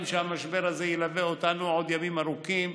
שהמשבר הזה ילווה אותנו עוד ימים ארוכים.